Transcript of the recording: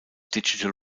digital